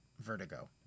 vertigo